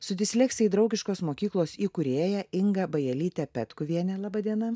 su disleksijai draugiškos mokyklos įkūrėja inga bajelyte petkuviene laba diena